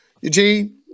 Eugene